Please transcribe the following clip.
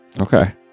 okay